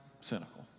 Cynical